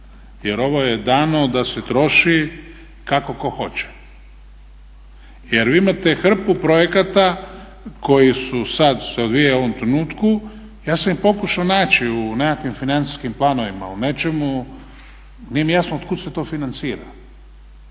Jer ovo je dano da se troši kako tko hoće. Jer vi imate hrpu projekata koji su sad se odvijaju u ovom trenutku. Ja sam ih pokušao naći u nekakvim financijskim planovima, u nečemu, nije mi jasno otkud se to financira?